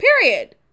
period